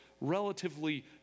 relatively